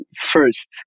first